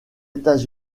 états